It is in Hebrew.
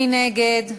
מי נגד?